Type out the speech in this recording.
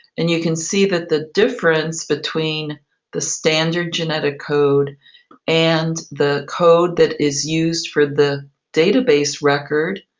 and you can see that the difference between the standard genetic code and the code that is used for the database record,